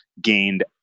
gained